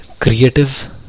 Creative